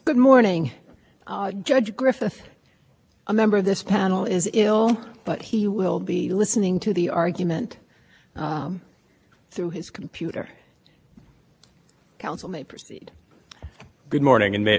good morning judge griffith a member of this panel is ill but he will be listening to the argument through his computer counsel may proceed good morning and m